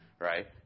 right